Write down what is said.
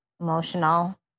emotional